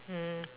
mm